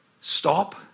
stop